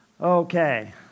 Okay